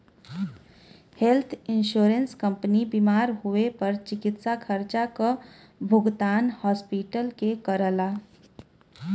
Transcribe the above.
health insurance company बीमार होए पर चिकित्सा खर्चा क भुगतान हॉस्पिटल के करला